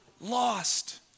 lost